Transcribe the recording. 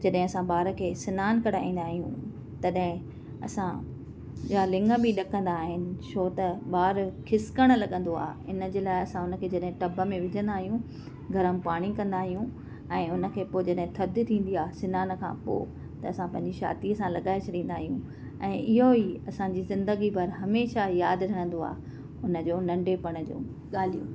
जॾे असां ॿार खे सनानु कराईंदा आहियूं तॾहिं असां लिङ बि ॾकंदा आहिनि छो त ॿारु खिसकण लॻंदो आहे इन जे लाइ असां हुन खे जॾहिं टब में विझंदा आहियूं गरम पाणी कंदा आहियूं ऐं उन खे थधि थींदी आहे सनान खां पोइ त असां पंहिंजी छाती सां लॻाए छॾींदा आहियूं ऐं इहो ई असांजी ज़िंदगी भर हमेशह यादि रहंदो आहे उन जो नंढिपण जो ॻाल्हियूं